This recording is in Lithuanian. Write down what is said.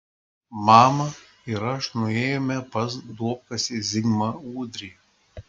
mama ir aš nuėjome pas duobkasį zigmą ūdrį